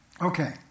Okay